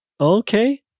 okay